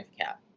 cap